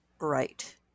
Right